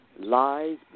Lies